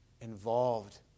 involved